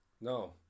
No